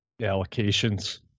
allocations